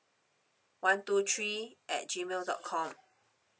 one two three at G mail dot com